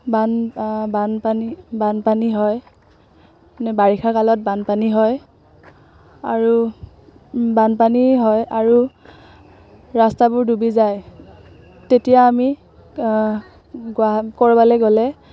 বান বানপানী বানপানী হয় বাৰিষাৰ কালত বানপানী হয় আৰু বানপানী হয় আৰু ৰাস্তাবোৰ ডুবি যায় তেতিয়া আমি ক'ৰবালৈ গ'লে